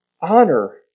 honor